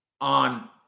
on